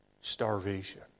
starvation